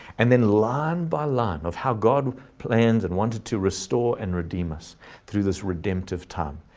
and then line by line of how god planned and wanted to restore and redeem us through this redemptive time,